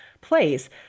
place